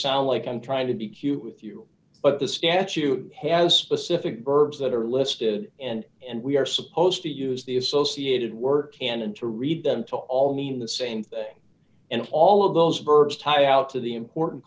sound like i'm trying to be cute with you but the statute has specific verbs that are listed and and we are supposed to use the associated words and to read them to all mean the same and all of those birds tie out to the important